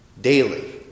daily